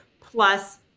plus